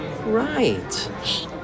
Right